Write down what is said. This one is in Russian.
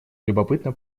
любопытно